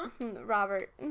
Robert